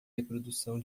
reprodução